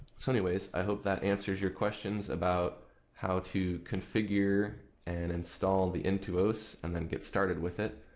so anyways, i hope that answers your questions about how to configure and install the intuos and then get started with it.